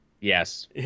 yes